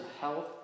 health